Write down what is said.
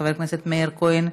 חבר הכנסת מאיר כהן,